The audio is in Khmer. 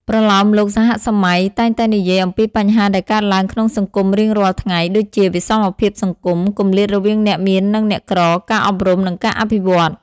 ប្រលោមលោកសហសម័យតែងតែនិយាយអំពីបញ្ហាដែលកើតឡើងក្នុងសង្គមរៀងរាល់ថ្ងៃ ដូចជា វិសមភាពសង្គម គម្លាតរវាងអ្នកមាននិងអ្នកក្រ ការអប់រំ និងការអភិវឌ្ឍន៍។